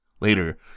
Later